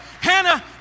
Hannah